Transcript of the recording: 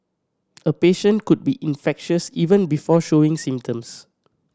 a patient could be infectious even before showing symptoms